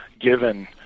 given